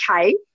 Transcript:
okay